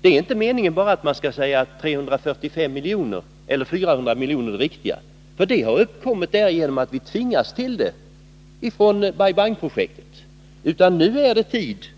Det är inte meningen att man bara skall säga att 345 miljoner eller 400 miljoner är det riktiga, för de summorna har uppkommit genom att Bai Bang-projektet har tvingat fram dem.